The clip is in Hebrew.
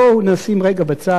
בואו נשים רגע בצד,